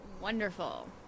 wonderful